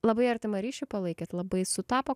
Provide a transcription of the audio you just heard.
labai artimą ryšį palaikėt labai sutapo